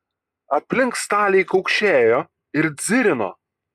aplink staliai kaukšėjo ir dzirino